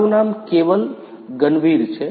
મારું નામ કેવલ ગનવીર છે